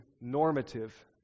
normative